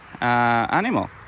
animal